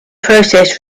process